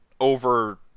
over